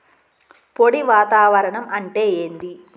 పొడి వాతావరణం అంటే ఏంది?